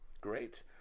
Great